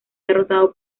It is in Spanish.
derrotado